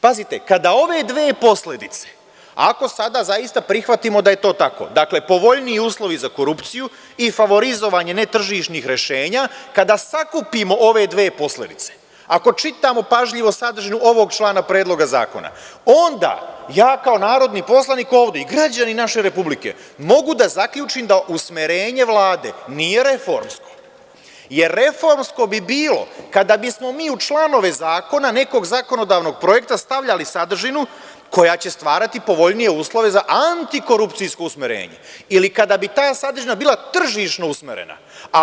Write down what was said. Pazite, kada ove dve posledice, ako sada zaista prihvatimo da je to tako, dakle, povoljniji uslovi za korupciju i favorizovanje netržišnih rešenja, kada sakupimo ove dve posledice, ako čitamo pažljivo sadržinu ovog člana Predloga zakona, onda je kao narodni poslanik ovde i građani naše Republike mogu da zaključim da usmerenje Vlade nije reformsko, jer reformsko bi bilo kada bismo mi u članove zakona nekog zakonodavnog projekta stavljali sadržinu koja će stvarati povoljnije uslove za antikorupcijsko usmerenje ili kada bi ta sadržina bila tržišno usmerenaa.